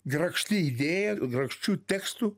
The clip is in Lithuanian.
grakšti idėja grakščių tekstų